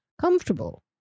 comfortable